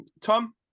Tom